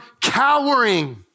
cowering